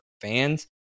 fans